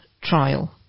trial